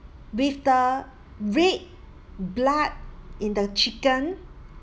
with the red blood in the chicken